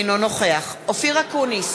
אינו נוכח אופיר אקוניס,